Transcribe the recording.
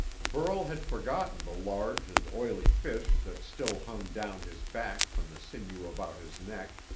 burl had forgotten the large and oily fish that still hung down his back from the sinew about his neck,